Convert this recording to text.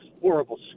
horrible